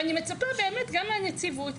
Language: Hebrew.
ואני מצפה באמת גם מהנציבות,